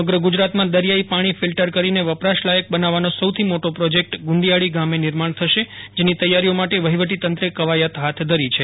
સમગ્ર ગુજરાતમાં દરિયાઇ પાણી ફિલ્ટર કરીને વપરાશલાયક બનાવવાનો સૌથી મોટો પ્રોજેકટ ગુંદિયાળી ગામે નિર્માણ થશે જેની તૈયારીઓ માટે વહીવટી તંત્રે કવાયત હાથ ધરી છે